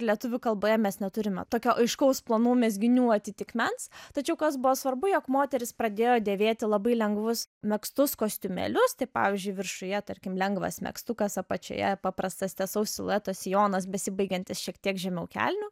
lietuvių kalboje mes neturime tokio aiškaus plonų mezginių atitikmens tačiau kas buvo svarbu jog moterys pradėjo dėvėti labai lengvus megztus kostiumėlius tai pavyzdžiui viršuje tarkim lengvas megztukas apačioje paprastas tiesaus silueto sijonas besibaigiantis šiek tiek žemiau kelių